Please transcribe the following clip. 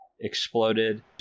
exploded